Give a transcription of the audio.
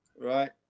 right